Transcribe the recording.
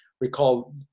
recall